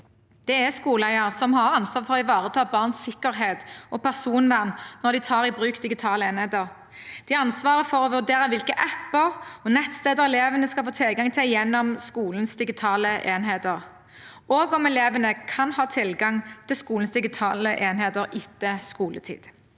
enheter i skolen som har ansvaret for å ivareta barns sikkerhet og personvern når de tar i bruk digitale enheter. De har ansvaret for å vurdere hvilke apper og nettsteder elevene skal få tilgang til gjennom skolens digitale enheter, og om elevene kan ha tilgang til skolens digitale enheter etter skoletid.